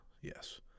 Yes